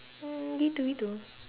mm gitu gitu